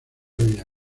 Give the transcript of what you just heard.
vía